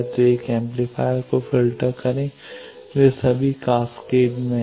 तो एक एम्पलीफायर को फ़िल्टर करें वे सभी कैस्केड में हैं